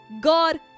God